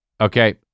Okay